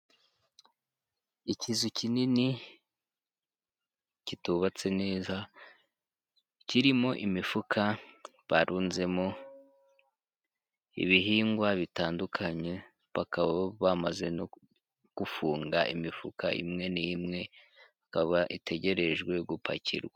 Ikizu kinini kitubatse neza, kirimo imifuka barunzemo ibihingwa bitandukanye, bakaba bamaze no gufunga imifuka imwe n'imwe, ikaba itegerejwe gupakirwa.